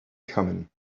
coming